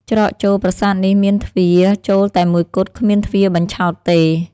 ច្រកចូលប្រាសាទនេះមានទ្វារចូលតែមួយគត់ គ្មានទ្វារបញ្ឆោតទេ។